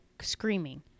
screaming